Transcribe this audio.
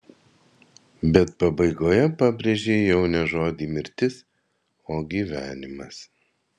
bet pabaigoje pabrėžei jau ne žodį mirtis o gyvenimas